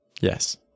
Yes